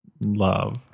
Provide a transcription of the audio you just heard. Love